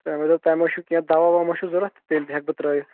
تہٕ مےٚ دۄپ تۄہہِ مہ چھُو کینٛہہ دواہ وواہ مہ چھُو ضرورت تیٚلہِ ہیکہٕ بہٕ ترٲیِتھ